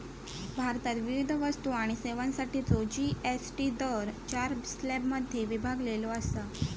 भारतात विविध वस्तू आणि सेवांसाठीचो जी.एस.टी दर चार स्लॅबमध्ये विभागलेलो असा